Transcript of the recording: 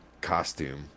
costume